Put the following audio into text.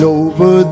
over